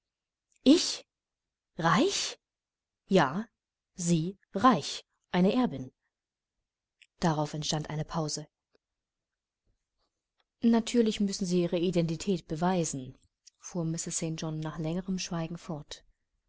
ich reich ja sie reich eine erbin darauf entstand eine pause natürlich müssen sie ihre identität beweisen fuhr mr st john nach längerem schweigen fort